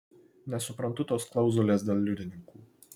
nesuprantu tos klauzulės dėl liudininkų